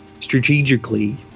strategically